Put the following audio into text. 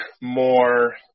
more